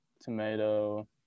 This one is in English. tomato